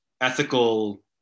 ethical